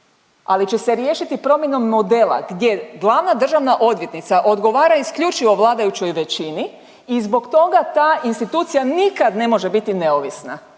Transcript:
Ali će se riješiti promjenom modela gdje Glavna državna odvjetnica odgovara isključivo vladajućoj većini i zbog toga ta institucija nikad ne može biti neovisna.